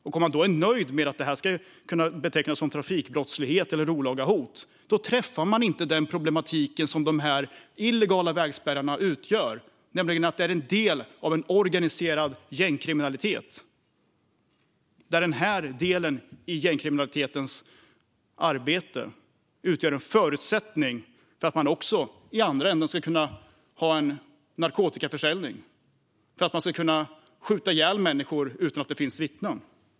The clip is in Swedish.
Om man är nöjd med att detta ska betecknas som trafikbrottslighet eller olaga hot träffar man inte de problem som de illegala vägspärrarna utgör, nämligen att de är en del av en organiserad gängkriminalitet. Den delen i de gängkriminellas arbete utgör en förutsättning för att man i andra änden ska ägna sig åt narkotikaförsäljning och skjuta ihjäl människor utan att det finns vittnen.